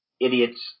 idiots